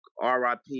RIP